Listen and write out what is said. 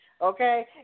okay